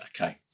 Okay